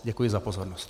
Děkuji za pozornost.